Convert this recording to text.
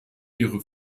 ihre